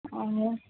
ꯑꯣ